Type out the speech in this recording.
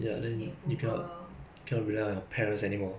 then still need approval